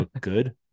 good